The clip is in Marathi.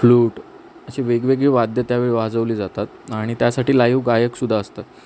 फ्लूट अशी वेगवेगळी वाद्यं त्यावेळी वाजवली जातात आणि त्यासाठी लाइव गायक सुद्धा असतात